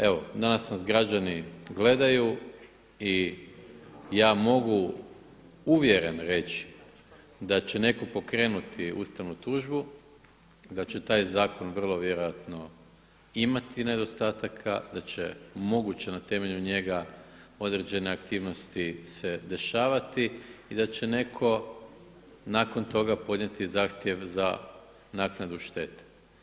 Evo danas nas građani gledaju i ja mogu uvjeren reći da će netko pokrenuti ustavnu tužbu, da će taj zakon vrlo vjerojatno imati nedostataka, da će moguće na temelju njega određene aktivnosti se dešavati i da će netko nakon toga podnijeti zahtjev za naknadu štete.